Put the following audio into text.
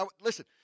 Listen